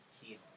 key